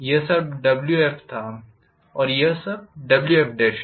यह सब Wf था और यह सब Wf है